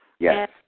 Yes